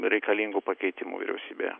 reikalingų pakeitimų vyriausybėje